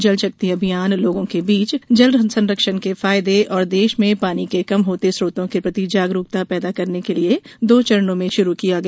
जल शक्ति अभियान लोगों के बीच जल संरक्षण के फायदे और देश में पानी के कम होते स्रोतो के प्रति जागरुकता पैदा करने के लिए दो चरणों में शुरु किया गया